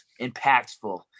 impactful